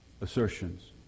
assertions